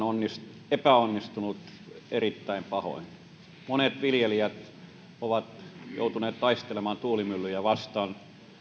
on epäonnistunut erittäin pahoin monet viljelijät ovat joutuneet taistelemaan tuulimyllyjä vastaan